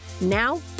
Now